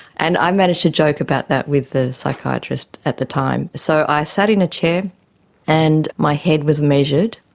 and i managed to joke about that with the psychiatrist at the time. so i sat in a chair and my head was measured,